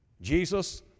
Jesus